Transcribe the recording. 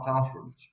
classrooms